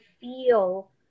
feel